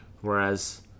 Whereas